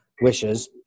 wishes